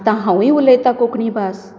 आतां हांवूय उलयता कोंकणी भास